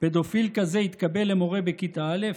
פדופיל כזה יתקבל ויהיה מורה בכיתה א',